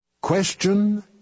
Question